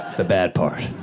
the bad part.